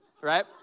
right